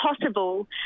Possible